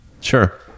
Sure